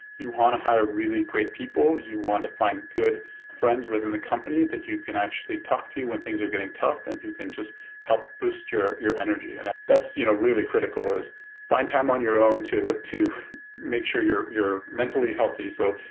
you want to hire really great people. you want to find good friends with in the company that you can actually talk to when things are getting tough and who can just help boost your your energy. and that's you know really critical, is find time on your own to to make sure you're mentally healthy. so,